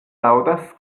laŭdas